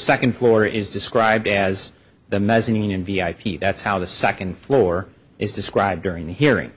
second floor is described as the mezzanine in v i p that's how the second floor is described during the hearing